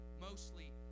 mostly